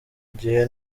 igihe